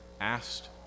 asked